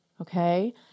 Okay